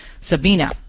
Sabina